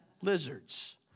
lizards